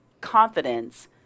confidence